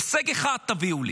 הישג אחד תביאו לי.